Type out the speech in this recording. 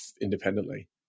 independently